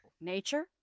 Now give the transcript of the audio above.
nature